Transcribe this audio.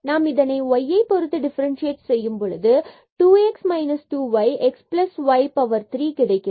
நாம் இதனை y பொருத்து டிஃபரன்சியேட் செய்யும் பொழுது நம்மிடம் 2 x minus 2 y x y power 3 கிடைக்கிறது